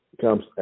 comes